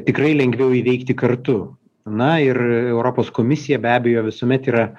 tikrai lengviau įveikti kartu na ir europos komisija be abejo visuomet yra